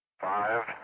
Five